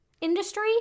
industry